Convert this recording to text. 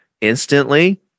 instantly